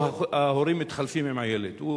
או שההורים מתחלפים עם הילד כך שהוא